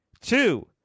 two